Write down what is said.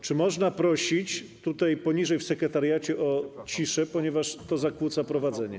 Czy można prosić państwa tutaj, poniżej, w sekretariacie, o ciszę, ponieważ to zakłóca prowadzenie?